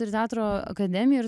ir teatro akademija ir